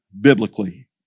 biblically